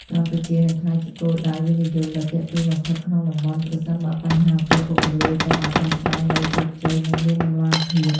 កម្ពុជានឹងក្លាយជាគោលដៅវិនិយោគដ៏ទាក់ទាញបំផុតក្នុងតំបន់ ប្រសិនបើបញ្ហា អំពើពុករលួយ ត្រូវបានដោះស្រាយដោយជោគជ័យ និងមានតម្លាភាព។